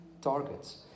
targets